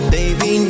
Baby